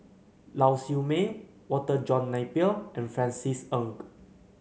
Lau Siew Mei Walter John Napier and Francis Ng